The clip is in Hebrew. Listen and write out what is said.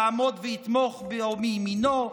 יעמוד ויתמוך מימינו.